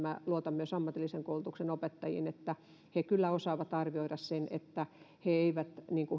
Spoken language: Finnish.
myös ammatillisen koulutuksen opettajiin siinä että he kyllä osaavat arvioida sen että he eivät